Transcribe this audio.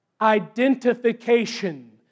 identification